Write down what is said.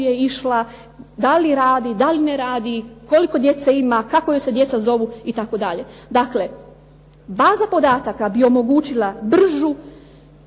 je išla, da li radi, da li ne radi, koliko djece ima, kako joj se djeca zovu itd. Dakle, baza podataka bi omogućila bolju